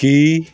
ਕਿ